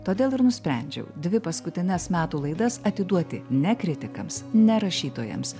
todėl ir nusprendžiau dvi paskutines metų laidas atiduoti ne kritikams ne rašytojams